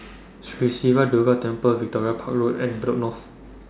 Sri Siva Durga Temple Victoria Park Road and Bedok North